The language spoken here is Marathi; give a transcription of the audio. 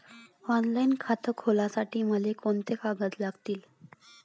ऑनलाईन खातं खोलासाठी मले कोंते कागद लागतील?